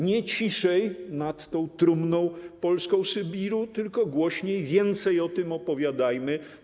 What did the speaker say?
Nie ciszej nad tą polską trumną Sybiru, tylko głośniej, więcej o tym opowiadajmy.